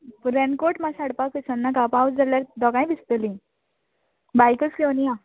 raincoat मातसो हाडपाक विसरनाका पावस झळ्ळ्यार दोगांय भिजतलीं बायकच घेवन या